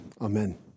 Amen